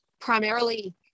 primarily